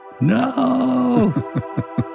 No